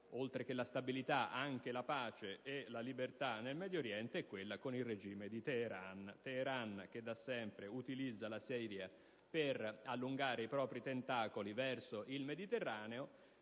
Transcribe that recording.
oltre la stabilità anche la pace e la libertà del Medioriente, è quella con il regime di Teheran, che da sempre utilizza la Siria per allungare i propri tentacoli verso il Mediterraneo,